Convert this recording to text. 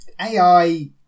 AI